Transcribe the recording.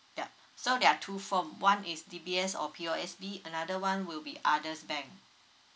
yup so there are two form one is D_B_S or P_O_S_B another one will be others bank